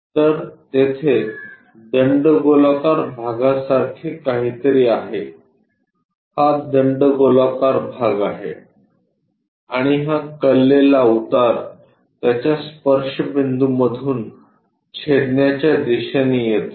तर तेथे दंडगोलाकार भागासारखे काहीतरी आहे हा दंडगोलाकार भाग आहे आणि हा कललेला उतार त्याच्या स्पर्शबिंदू मधून छेदण्याच्या दिशेने येतो